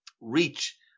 reach